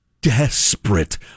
desperate